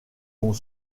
vont